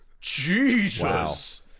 Jesus